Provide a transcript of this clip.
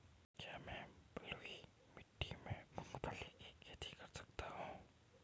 क्या मैं बलुई मिट्टी में मूंगफली की खेती कर सकता हूँ?